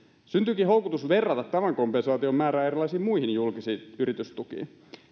syntyykin houkutus verrata tämän kompensaation määrää erilaisiin muihin julkisiin yritystukiin